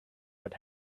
but